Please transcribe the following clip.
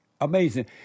Amazing